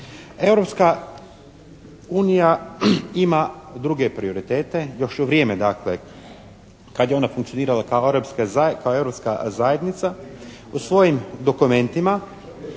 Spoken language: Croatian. Europska unija ima druge prioritete, još u vrijeme dakle kad je ona funkcionirala kao Europska zajednica. U svojim dokumentima